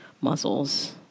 muscles